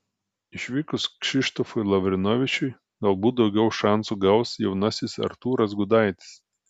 išvykus kšištofui lavrinovičiui galbūt daugiau šansų gaus jaunasis artūras gudaitis